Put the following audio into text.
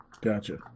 gotcha